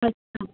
अछा